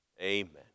Amen